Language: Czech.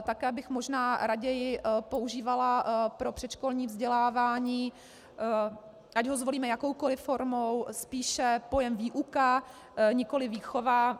Také bych možná raději používala pro předškolní vzdělávání, ať ho zvolíme jakoukoliv formou, spíše pojem výuka, nikoliv výchova.